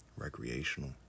recreational